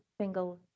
single